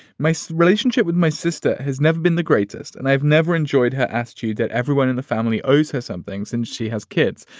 my so relationship with my sister has never been the greatest and i've never enjoyed her asked you that. everyone in the family owes her something since she has kids.